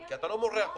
כי אתה לא מורח אותנו,